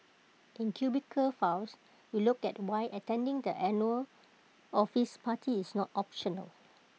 in cubicle files we look at why attending the annual office party is not optional